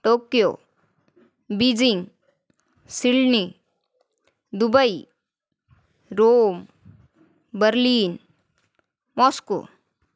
Tokyo Beijing Sydney Dubai Rome Berlin Moscow